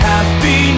Happy